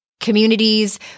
communities